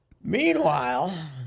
Meanwhile